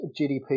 GDP